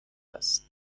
است